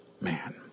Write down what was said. man